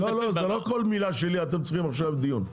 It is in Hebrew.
לא, לא כל מילה שלי אתם צריכים עכשיו דיון.